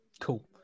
Cool